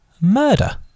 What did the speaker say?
murder